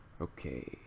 Okay